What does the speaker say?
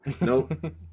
Nope